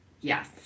Yes